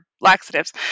laxatives